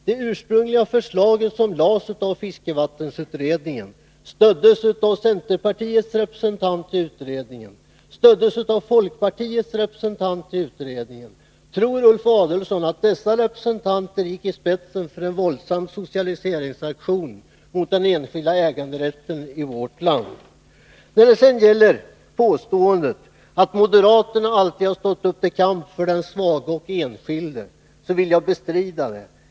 Det förslag som ursprungligen framlades av fiskevattensutredningen stöddes av centerpartiets och folkpartiets representanter i utredningen. Tror Ulf Adelsohn att dessa representanter gick i spetsen för en våldsam socialiseringsaktion mot den enskilda äganderätten i vårt land? Påståendet att moderaterna alltid har stått upp till kamp för den svage och den enskilde vill jag bestrida.